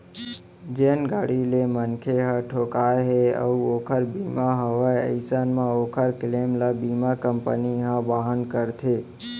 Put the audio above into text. जेन गाड़ी ले मनखे ह ठोंकाय हे अउ ओकर बीमा हवय अइसन म ओकर क्लेम ल बीमा कंपनी ह वहन करथे